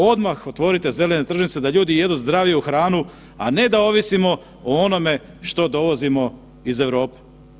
Odmah otvorite zelene tržnice da ljudi jedu zdraviju hranu, a ne da ovisimo o onome što dovozimo iz Europe.